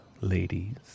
ladies